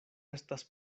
estas